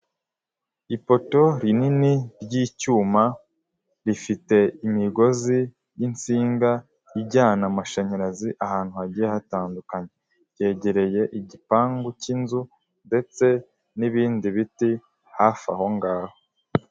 Ipoto rinini ry'icyuma rifite imigozi y'insinga ijyana amashanyarazi ahantu hagiye hatandukanye, ryegereye igipangu cy'inzu ndetse n'ibindi biti hafi aho ngaho.